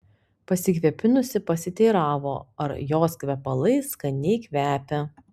pasikvėpinusi pasiteiravo ar jos kvepalai skaniai kvepią